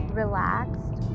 relaxed